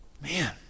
Man